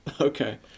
Okay